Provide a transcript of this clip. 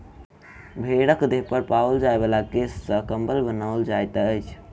भेंड़क देह पर पाओल जाय बला केश सॅ कम्बल बनाओल जाइत छै